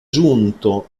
giunto